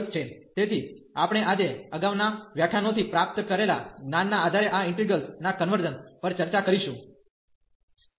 તેથી આપણે આજે અગાઉના વ્યાખ્યાનોથી પ્રાપ્ત કરેલા જ્ઞાન ના આધારે આ ઇન્ટિગ્રેલ્સ ના કન્વર્ઝન પર ચર્ચા કરીશું